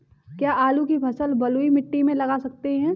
क्या आलू की फसल बलुई मिट्टी में लगा सकते हैं?